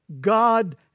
God